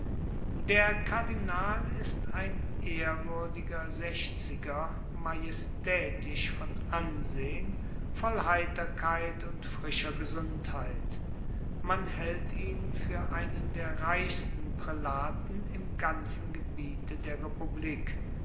der kardinal ist ein ehrwürdiger sechziger majestätisch von ansehn voll heiterkeit und frischer gesundheit man hält ihn für einen der reichsten prälaten im ganzen gebiete der republik